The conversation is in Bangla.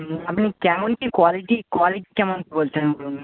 হুম আপনি কেমন কী কোয়ালিটি কোয়ালিটি কেমন বলছেন বলুন